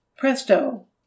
Presto